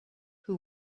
who